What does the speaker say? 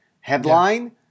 headline